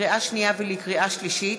לקריאה שנייה ולקריאה שלישית: